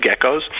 geckos